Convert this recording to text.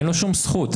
אין לו שום זכות.